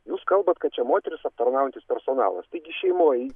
jūs kalbat kad čia moteris aptarnaujantis personalas taigi šeimoj